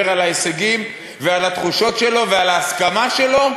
על הישגים ועל התחושות שלו ועל ההסכמה שלו,